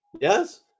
Yes